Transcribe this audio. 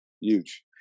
Huge